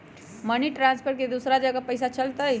Money transfer से दूसरा जगह पईसा चलतई?